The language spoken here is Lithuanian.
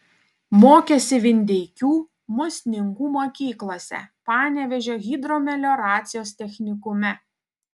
mokėsi vindeikių musninkų mokyklose panevėžio hidromelioracijos technikume